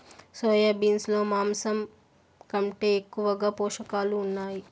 soya beans లో మాంసం కంటే ఎక్కువగా పోషకాలు ఉన్నాయి